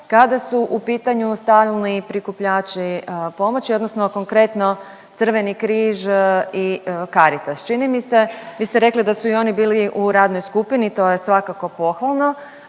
kada su u pitanju stalni prikupljači pomoći odnosno konkretno Crveni križ i Caritas? Čini mi se, vi ste rekli da su i oni bili u radnoj skupini, to je svakako pohvalno,